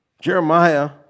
Jeremiah